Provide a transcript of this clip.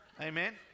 amen